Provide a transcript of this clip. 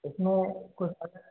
इसमें कुछ